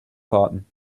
fahrten